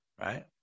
Right